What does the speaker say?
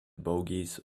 bogies